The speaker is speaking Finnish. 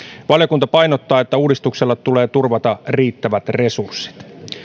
valiokunta painottaa että uudistukselle tulee turvata riittävät resurssit